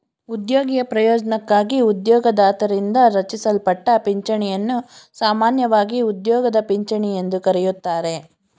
ಉದ್ಯೋಗಿಯ ಪ್ರಯೋಜ್ನಕ್ಕಾಗಿ ಉದ್ಯೋಗದಾತರಿಂದ ರಚಿಸಲ್ಪಟ್ಟ ಪಿಂಚಣಿಯನ್ನು ಸಾಮಾನ್ಯವಾಗಿ ಉದ್ಯೋಗದ ಪಿಂಚಣಿ ಎಂದು ಕರೆಯುತ್ತಾರೆ